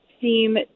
seem